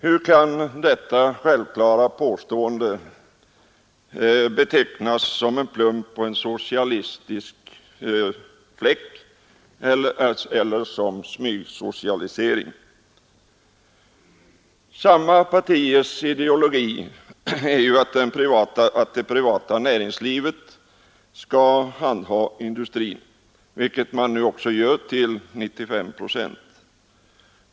Hur kan detta självklara påstående betecknas som en plump och en socialistisk fläck eller som smygsocialisering? Samma partiers ideologi är att det privata näringslivet skall handha industrin, vilket man också gör till 95 procent.